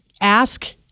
ask